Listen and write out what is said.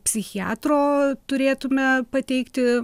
psichiatro turėtume pateikti